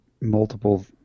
multiple